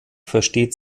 versteht